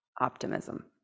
optimism